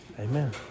Amen